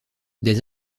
des